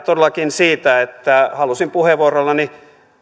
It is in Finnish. todellakin siitä että halusin puheenvuorollani